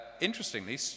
Interestingly